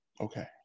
Okay